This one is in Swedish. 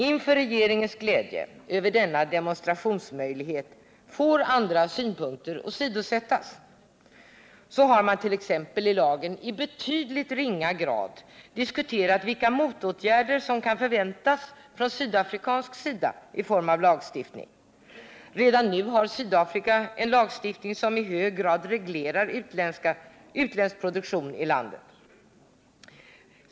Inför regeringens glädje över denna demonstrationsmöjlighet får andra synpunkter åsidosättas. Så har man i lagen t.ex. i betydligt ringa grad diskuterat vilka motåtgärder som kan förväntas från sydafrikansk sida i form av lagstiftning. Redan nu har Sydafrika en lagstiftning som i hög grad reglerar utländsk produktion i landet.